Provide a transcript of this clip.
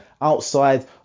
outside